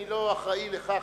אני לא אחראי לכך,